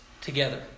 together